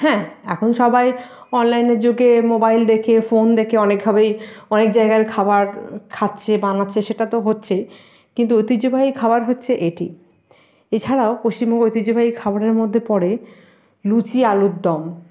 হ্যাঁ এখন সবাই অনলাইনের যুগে মোবাইল দেখে ফোন দেখে অনেক অনেক জায়গার খাবার খাচ্ছে বানাচ্ছে সেটা তো হচ্ছেই কিন্তু ঐতিহ্যবাহী খাবার হচ্ছে এটি এছাড়াও পশ্চিমবঙ্গের ঐতিহ্যবাহী খাবারের মধ্যে পড়ে লুচি আলুর দম